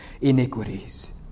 iniquities